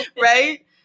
right